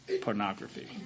pornography